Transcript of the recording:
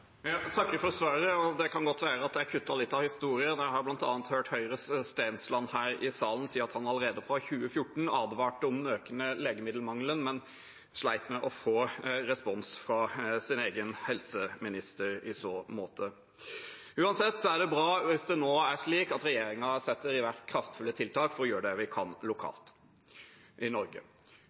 Jeg takker for svaret. Det kan godt være at jeg kuttet litt av historien. Jeg har bl.a. hørt Høyres Stensland her i salen si at han allerede fra 2014 advarte om den økende legemiddelmangelen, men slet med å få respons fra sin egen helseminister i så måte. Uansett er det bra hvis det nå er slik at regjeringen setter i verk kraftfulle tiltak for å gjøre det vi kan lokalt i Norge.